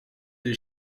des